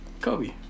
Kobe